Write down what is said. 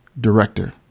Director